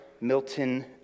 Milton